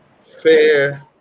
Fair